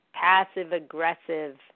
passive-aggressive